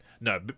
no